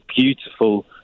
beautiful